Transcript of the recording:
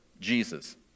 Jesus